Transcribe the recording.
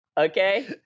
Okay